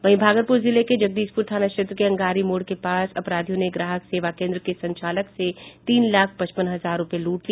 वहीं भागलपुर जिले के जगदीशपुर थाना क्षेत्र के अंगारी मोड़ के पास अपराधियों ने ग्राहक सेवा केंद्र के संचालक से तीन लाख पचपन हजार रुपए लूट लिए